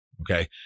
Okay